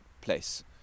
place